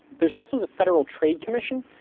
there's also the federal trade commission,